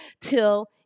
till